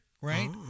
Right